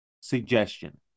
suggestion